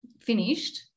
finished